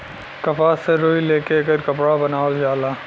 कपास से रुई ले के एकर कपड़ा बनावल जाला